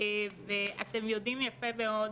אתם יודעים יפה מאוד,